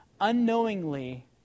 unknowingly